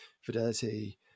Fidelity